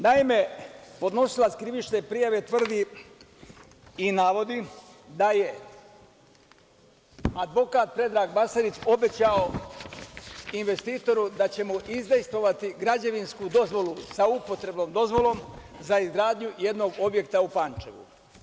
Naime, podnosilac krivične prijave tvrdi i navodi da je advokat Predrag Basarić obećao investitoru da će mu izdejstvovati građevinsku dozvolu sa upotrebnom dozvolom za izgradnjom jednog objekta u Pančevu.